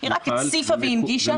היא רק הציפה והנגישה --- מיכל,